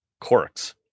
corks